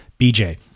BJ